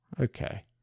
okay